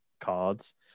cards